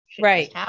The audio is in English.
right